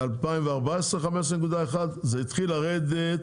ב-2014 היה 15.1, זה התחיל לרדת